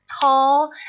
tall